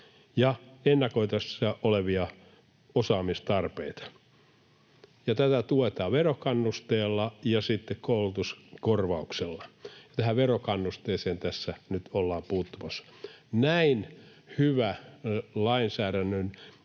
ja ennakoitavissa olevia osaamistarpeita.” Tätä tuetaan verokannusteella ja sitten koulutuskorvauksella, ja tähän verokannusteeseen tässä nyt ollaan puuttumassa. Tässä pohjalla on